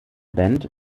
band